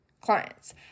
clients